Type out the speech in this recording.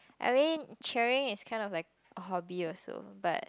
I mean cheering is kind of like hobby also but